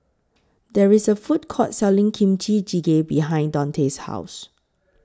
There IS A Food Court Selling Kimchi Jjigae behind Daunte's House